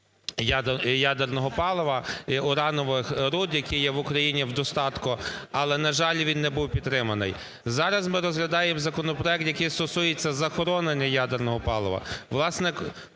ядерного палива і уранових руд, які є в Україні в достатку. Але, на жаль, він не був підтриманий. Зараз ми розглядаємо законопроект, який стосується захоронення ядерного палива.